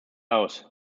aus